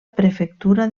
prefectura